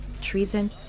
treason